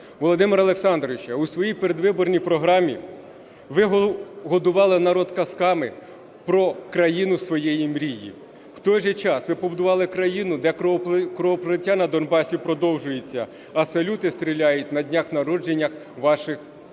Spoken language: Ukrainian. Володимире Олександровичу, у своїй передвиборній програмі ви годували народ казками про країну своєї мрії. В той же час ви побудували країну, де кровопролиття на Донбасі продовжується, а салюти стріляють на днях народженнях ваших